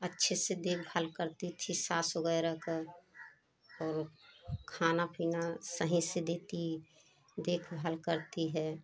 अच्छे से देखभाल करती थी सास वगैरह का और खाना पीना सही से देती देखभाल करती है